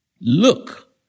Look